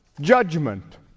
judgment